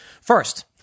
First